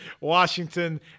Washington